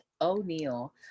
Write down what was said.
O'Neill